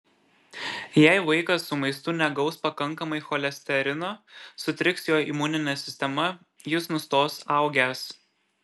jei vaikas su maistu negaus pakankamai cholesterino sutriks jo imuninė sistema jis nustos augęs